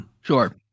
Sure